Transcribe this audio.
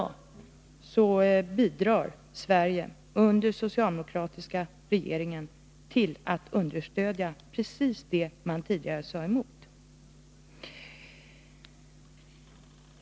I dag bidrar Sverige under den socialdemokratiska regeringen till att understödja precis det som man tidigare var emot.